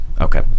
Okay